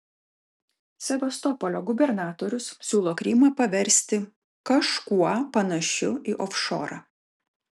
sevastopolio gubernatorius siūlo krymą paversti kažkuo panašiu į ofšorą